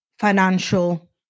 Financial